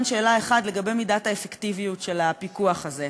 שאלה אחד לגבי מידת האפקטיביות של הפיקוח הזה.